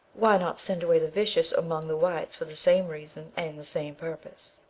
why not send away the vicious among the whites for the same reason, and the same purpose?